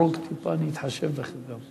תחרוג טיפה אני אתחשב גם בך.